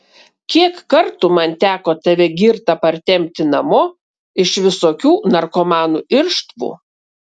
kiek kartų man teko tave girtą partempti namo iš visokių narkomanų irštvų